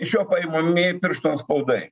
iš jo paimami pirštų antspaudai